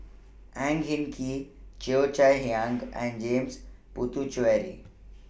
Ang Hin Kee Cheo Chai Hiang and James Puthucheary